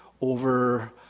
over